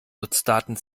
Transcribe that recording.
nutzdaten